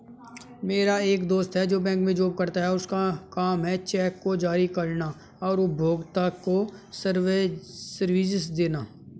मेरा एक दोस्त है जो बैंक में जॉब करता है और उसका काम है चेक को जारी करना और उपभोक्ताओं को सर्विसेज देना